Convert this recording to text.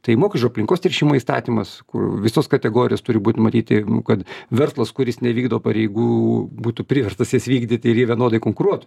tai mok už aplinkos teršimą įstatymas kur visos kategorijos turi būt matyti kad verslas kuris nevykdo pareigų būtų priverstas jas vykdyti ir jie vienodai konkuruotų